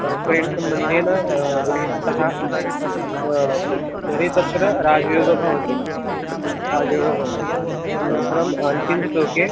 परस्परेण सम्बन्धेन गृहे स्थितः तर्हि तत्र राजयोगः भवति राजयोगः भवति तदनन्तरम् अन्तिमं श्लोके